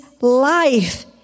life